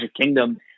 kingdom